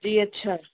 जी अच्छा